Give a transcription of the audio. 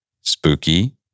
spooky